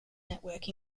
network